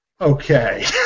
Okay